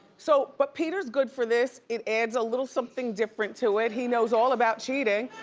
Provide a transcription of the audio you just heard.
so but peter's good for this. it adds a little something different to it. he knows all about cheating.